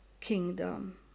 kingdom